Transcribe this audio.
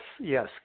yes